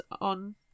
on